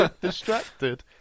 distracted